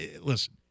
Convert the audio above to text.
Listen